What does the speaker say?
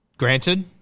Granted